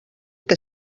que